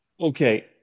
Okay